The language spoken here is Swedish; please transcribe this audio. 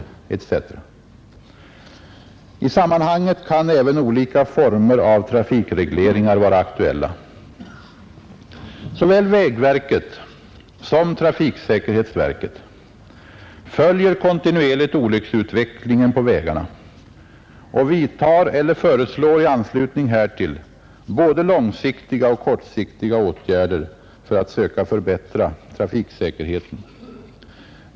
I sammanhanget kan även olika former av trafikregleringar vara aktuella. Såväl vägverket som trafiksäkerhetsverket följer kontinuerligt olycksutvecklingen på vägarna och vidtar eller föreslår i anslutning härtill både långsiktiga och kortsiktiga åtgärder för att söka förbättra trafiksäkerheten.